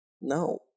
No